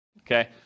okay